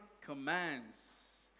commands